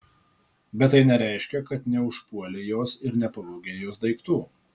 bet tai nereiškia kad neužpuolei jos ir nepavogei jos daiktų